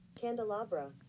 Candelabra